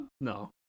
No